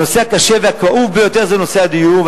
הנושא הקשה ביותר והכאוב ביותר זה נושא הדיור,